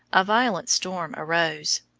a violent storm arose,